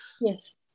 Yes